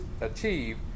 achieve